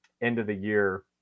end-of-the-year